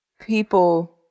people